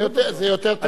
זה יותר טוב,